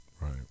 right